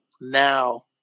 now